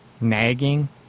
nagging